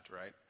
right